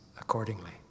accordingly